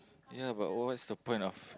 ya but what's the point of